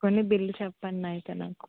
కొన్ని బిల్లు చెప్పండి అయితే నాకు